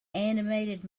animated